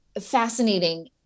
fascinating